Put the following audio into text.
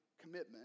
commitment